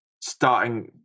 starting